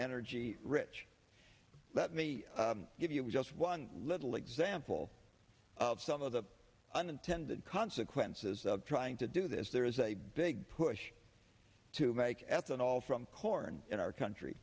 energy rich let me give you just one little example of some of the unintended consequences of trying to do this there is a big push to make ethanol from corn in our country